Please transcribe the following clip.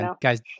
Guys